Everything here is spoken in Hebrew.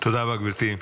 תודה רבה, גברתי.